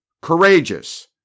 courageous